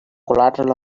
collateral